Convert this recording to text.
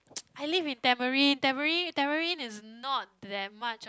I live in Tamarind Tamarind Tamarind is not that much